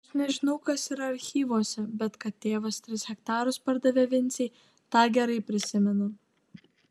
aš nežinau kas yra archyvuose bet kad tėvas tris hektarus pardavė vincei tą gerai prisimenu